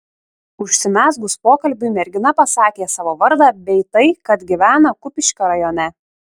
užsimezgus pokalbiui mergina pasakė savo vardą bei tai kad gyvena kupiškio rajone